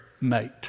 mate